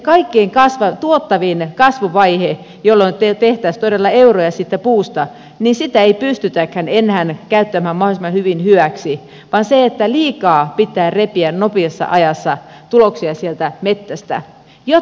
sitä kaikkein tuottavinta kasvuvaihetta jolloin tehtäisiin todella euroja siitä puusta ei pystytäkään enää käyttämään mahdollisimman hyvin hyväksi vaan liikaa pitää repiä nopeassa ajassa tuloksia sieltä metsästä